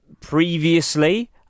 previously